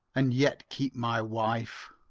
and yet keep my wife.